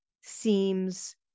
seems